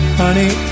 honey